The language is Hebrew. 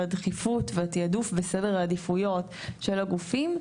הדחיפות והתיעדוף בסדר העדיפויות של הגופים,